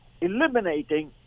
eliminating